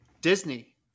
Disney